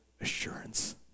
assurance